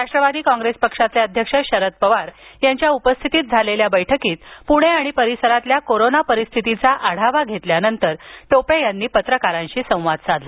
Rashtrawadi Congress पक्षाचे अध्यक्ष शरद पवार यांच्या उपस्थितीत झालेल्या बैठकीत प्णे आणि परिसरातील कोरोना परिस्थितीचा आढावा घेतल्यानंतर त्यांनी पत्रकारांशी संवाद साधला